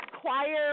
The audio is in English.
choir